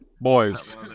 Boys